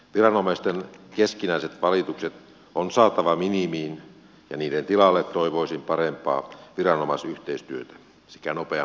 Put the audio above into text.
viranomaisten keskinäiset valitukset on saatava minimiin ja niiden tilalle toivoisin parempaa viranomaisyhteistyötä sekä nopeampaa toimintaa